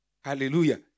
Hallelujah